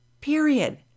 period